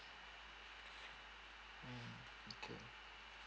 mm okay